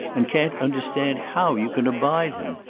and can't understand how you can abide him.